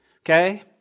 Okay